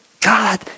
God